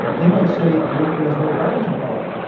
they might say the worker has no bargaining power.